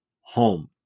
home